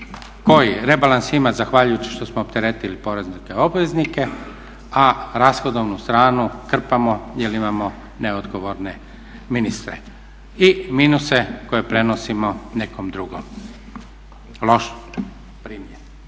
rebalans ima zahvaljujući što smo opteretili porezne obveznike, a rashodovnu stranu krpamo jel imamo neodgovorne ministre i minuse koje prenosimo nekom drugom. Loš primjer.